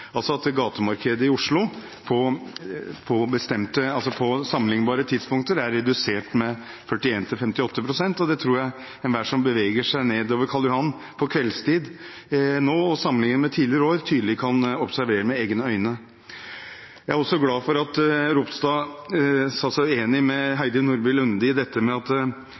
sammenlignbare tidspunkter er redusert med 41–58 pst. Det tror jeg enhver som beveger seg nedover Karl Johan på kveldstid nå og sammenligner med tidligere år, tydelig kan observere med egne øyne. Jeg er også glad for at Ropstad sa seg uenig med Heidi Nordby Lunde i at det er sjelden at